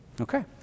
Okay